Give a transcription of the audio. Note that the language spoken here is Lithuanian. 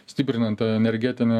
stiprinant energetinę